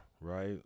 right